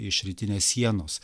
iš rytinės sienos